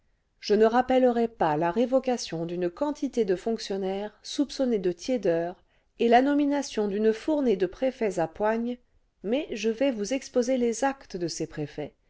je ne rappellerai pas la révocation d'une quantité de fonctionnaires soupçonnés de tiédeur et la nomination d'une fournée de préfets à poigne mais je vais vous exposer les actes de ces préfets